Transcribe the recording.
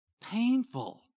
Painful